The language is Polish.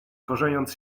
korzeniąc